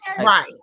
Right